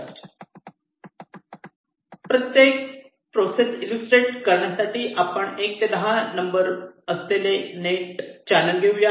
process illustrate करण्यासाठी आपण एक ते दहापर्यंत नंबर असलेले नेट असलेले चॅनल घेऊ